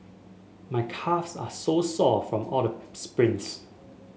my calves are so sore from all the sprints